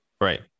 Right